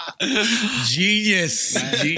Genius